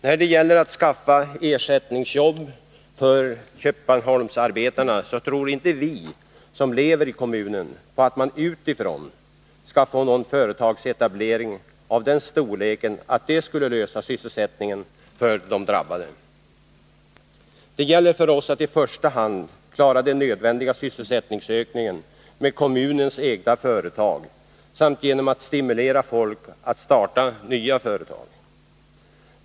När det gäller att skaffa ersättningsjobb för Köpmanholmsarbetarna tror inte vi som lever i kommunen på att man utifrån skall få någon företagsetablering av den storleken att det skulle lösa sysselsättningsproblemen för de drabbade. Det gäller för oss att i första hand klara den nödvändiga sysselsättningsökningen med kommunens egna företag samt genom att stimulera folk att starta nya företag.